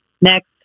Next